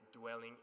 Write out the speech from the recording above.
dwelling